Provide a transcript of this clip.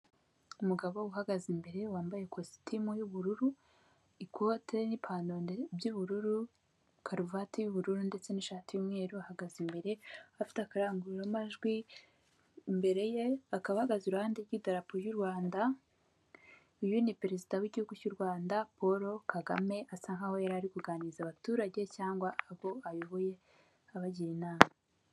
Umugabo uhagaze imbere wambaye ikositimu y'ubururu, ikote n'ipantaro by'ubururu, karuvati y'ubururu ndetse n'ishati y'umweru ahagaze imbere afite akarangururamajwi. Imbere ye akaba ahagaze iruhande rw'idarapo y'u Rwanda, uyu ni perezida w'igihugu cy'u Rwanda Paul Kagame asa nk'aho yari ari kuganiriza abaturage cyangwa abo ayoboye abagira inama.